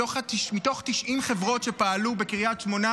מתוך 90 חברות שפעלו בקריית שמונה